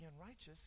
unrighteous